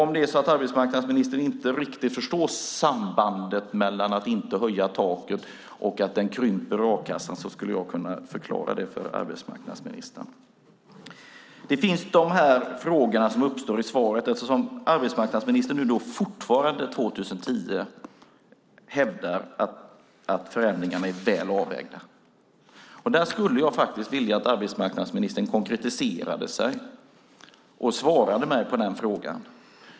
Om det är så att arbetsmarknadsministern inte riktigt förstår sambandet mellan att inte höja taket och att a-kassan krymper skulle jag kunna förklara det för arbetsmarknadsministern. Det finns frågor som uppstår ur svaret eftersom arbetsmarknadsministern fortfarande 2010 hävdar att förändringarna är väl avvägda. Där skulle jag faktiskt vilja att arbetsmarknadsministern konkretiserade sig och svarade mig på den frågan.